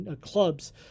clubs